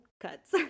cuts